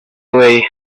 away